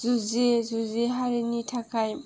जुजियै जुजियै हारिनि थाखाय